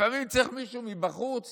לפעמים צריך מישהו מבחוץ